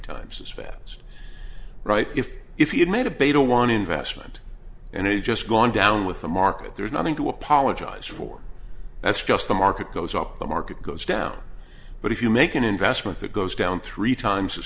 times as fast right if if he had made a beta one investment and it just gone down with the market there's nothing to apologize for that's just the market goes up the market goes down but if you make an investment that goes down three times as